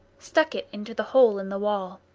stuck it into the hole in the wall.